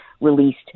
released